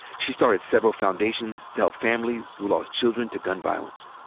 she started several foundations to help families who lost children to gun violence.